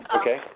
Okay